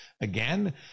again